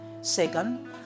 Second